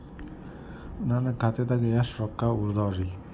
ನನ್ನ ಖಾತೆದಾಗ ಎಷ್ಟ ರೊಕ್ಕಾ ಉಳದಾವ್ರಿ?